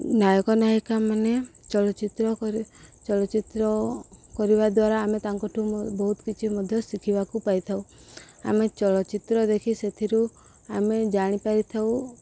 ନାୟକ ନାୟିକାମାନେ ଚଳଚ୍ଚିତ୍ର କରି ଚଳଚ୍ଚିତ୍ର କରିବା ଦ୍ୱାରା ଆମେ ତାଙ୍କଠୁ ବହୁତ କିଛି ମଧ୍ୟ ଶିଖିବାକୁ ପାଇଥାଉ ଆମେ ଚଳଚ୍ଚିତ୍ର ଦେଖି ସେଥିରୁ ଆମେ ଜାଣିପାରିଥାଉ